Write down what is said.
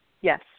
Yes